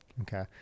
Okay